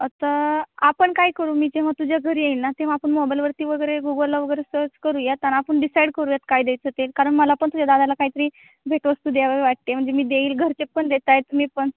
आता आपण काय करू मी जेव्हा तुझ्या घरी येईल ना तेव्हा आपण मोबाईलवरती वगैरे गुगलला वगैरे सर्च करूयात आणि आपण डिसाईड करूयात काय द्यायचं ते कारण मला पण तुझ्या दादाला काहीतरी भेटवस्तू द्यावे वाटते म्हणजे मी देईल घरचे पण देत आहेत मी पण